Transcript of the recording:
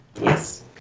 yes